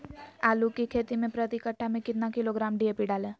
आलू की खेती मे प्रति कट्ठा में कितना किलोग्राम डी.ए.पी डाले?